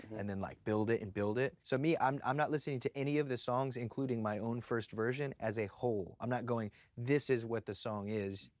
and then, like, build it and build it. so, me, i'm. i'm not listening to any of these songs including my own first version as a whole. i'm not going, this is what the song is.